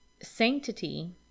sanctity